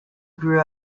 grew